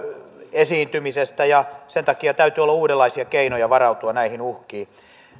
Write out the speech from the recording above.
esiintymisestä ja sen takia täytyy olla uudenlaisia keinoja varautua näihin uhkiin